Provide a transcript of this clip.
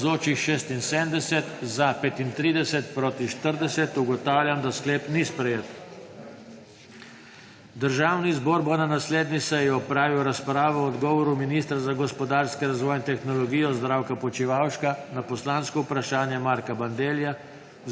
(Za je glasovalo 35.) (Proti 40.) Ugotavljam, da sklep ni sprejet. Državni zbor bo na naslednji seji opravil razpravo o odgovoru ministra za gospodarski razvoj in tehnologijo Zdravka Počivalška na poslansko vprašanje Marka Bandellija